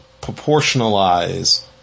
proportionalize